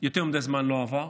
יותר מדי זמן לא עבר.